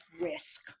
risk